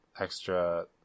extra